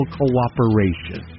cooperation